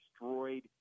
destroyed